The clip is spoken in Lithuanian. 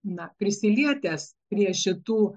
na prisilietęs prie šitų